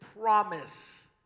Promise